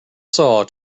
saw